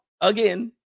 again